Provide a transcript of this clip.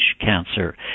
cancer